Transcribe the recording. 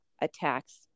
attacks